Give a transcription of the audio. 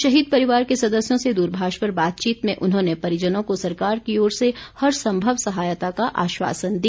शहीद परिवार के सदस्यों से दूरभाष पर बातचीत में उन्होंने परिजनों को सरकार की ओर से हर संभव सहायता का आश्वासन दिया